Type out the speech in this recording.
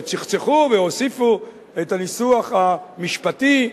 וצחצחו, והוסיפו את הניסוח המשפטי.